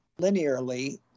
linearly